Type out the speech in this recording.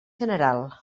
general